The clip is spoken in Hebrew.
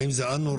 האם זה א-נורמלי?